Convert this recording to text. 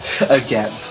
Again